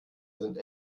sind